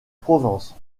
provence